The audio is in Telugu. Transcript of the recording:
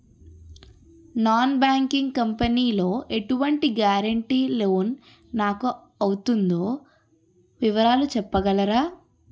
నాన్ బ్యాంకింగ్ కంపెనీ లో ఎటువంటి గారంటే లోన్ నాకు అవుతుందో వివరాలు చెప్పగలరా?